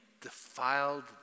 defiled